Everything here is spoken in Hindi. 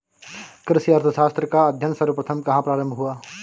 कृषि अर्थशास्त्र का अध्ययन सर्वप्रथम कहां प्रारंभ हुआ?